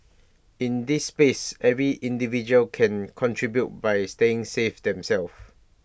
in this space every individual can contribute by staying safe themselves